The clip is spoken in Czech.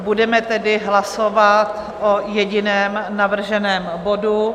Budeme tedy hlasovat o jediném navrženém bodu.